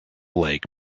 lake